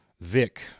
Vic